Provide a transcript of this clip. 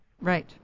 Right